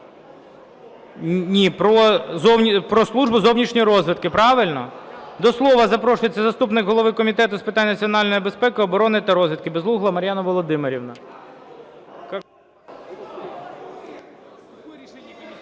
"Про Службу зовнішньої розвідки". Правильно? До слова запрошується заступник голови Комітету з питань національної безпеки, оборони та розвідки Безугла Мар'яна Володимирівна.